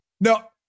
No